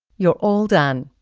you're all done.